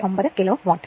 09 kilowatt